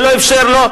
ולא אפשר לו,